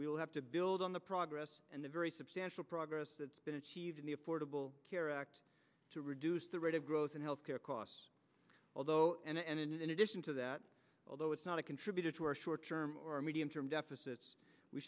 we'll have to build on the progress and the very substantial progress that's been achieved in the affordable care act to reduce the rate of growth in health care costs although and in addition to that although it's not a contributor to our short term or medium term deficits we